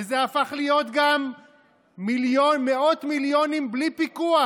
וזה הפך להיות גם מאות מיליונים בלי פיקוח,